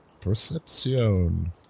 Perception